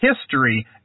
history